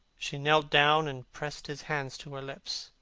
she knelt down and pressed his hands to her lips.